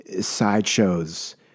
sideshows